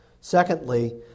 Secondly